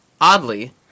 oddly